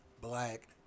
black